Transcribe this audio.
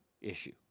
issue